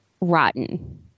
rotten